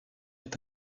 est